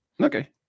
Okay